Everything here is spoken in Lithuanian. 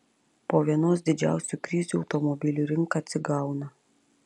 po vienos didžiausių krizių automobilių rinka atsigauna